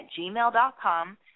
gmail.com